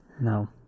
No